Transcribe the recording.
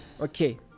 okay